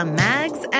mags